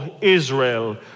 Israel